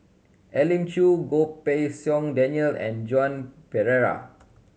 Elim Chew Goh Pei Siong Daniel and Joan Pereira